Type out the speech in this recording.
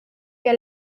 que